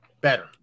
Better